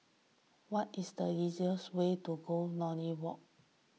what is the easiest way to go Lornie Walk